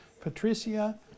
Patricia